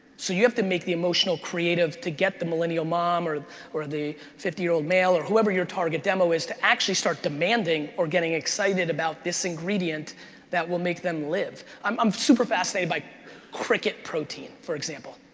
so you have to make the emotional creative to get the millennial mom or or the fifty year old male or whoever your target demo is to actually start demanding or getting excited about this ingredient that will make them live. i'm i'm super fascinated by cricket protein for example,